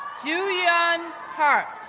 ju yeon park,